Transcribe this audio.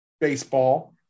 baseball